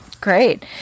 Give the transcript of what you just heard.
Great